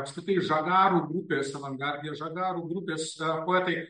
apskritai žagarų grupės avangardinės žagarų grupės poetai